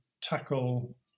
tackle